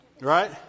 Right